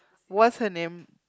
what's her name